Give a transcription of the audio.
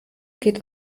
geht